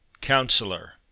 Counselor